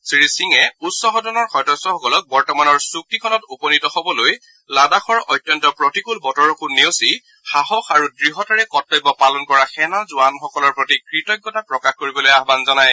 শ্ৰীসিঙে উচ্চ সদনৰ সদস্যসকলক বৰ্তমানৰ চুক্তিখনত উপনীত হবলৈ লাডাখৰ অত্যন্ত প্ৰতিকূল বতৰকো নেওচি সাহস আৰু দ্ঢ়তাৰে কৰ্তব্য পালন কৰা সেনা জোৱানসকলৰ প্ৰতি কৃতজ্ঞতা প্ৰকাশ কৰিবলৈ আহান জনায়